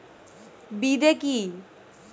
বিদে কি?